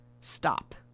stop